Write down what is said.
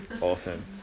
awesome